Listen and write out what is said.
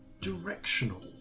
directional